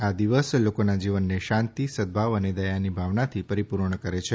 આ દિવસ લોકોના જીવનને શાંતિ સદભાવ અને દયાની ભાવનાથી પરીપૂર્ણ કરે છે